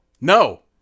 No